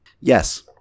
Yes